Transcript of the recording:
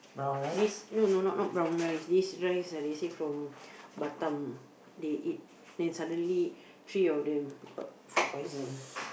this no no no not brown rice this rice ah they say from Batam they eat then suddenly three of them got food poison